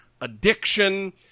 addiction